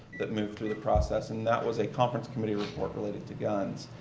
that moved through the process and that was a conference committee report related to guns.